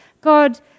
God